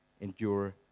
endure